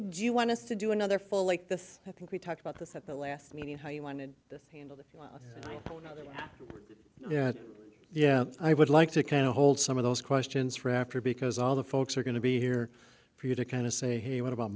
you want us to do another full like this i think we talked about this at the last meeting how you wanted this handled well yeah yeah i would like to kind of hold some of those questions for after because all the folks are going to be here for you to kind of say hey what about